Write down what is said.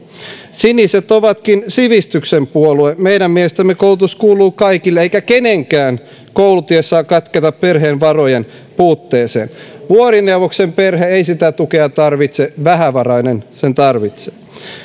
siniset ovatkin sivistyksen puolue meidän mielestämme koulutus kuuluu kaikille eikä kenenkään koulutie saa katketa perheen varojen puutteeseen vuorineuvoksen perhe ei sitä tukea tarvitse vähävarainen sen tarvitsee